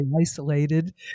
isolated